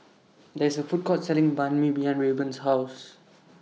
There IS A Food Court Selling Banh MI behind Rayburn's House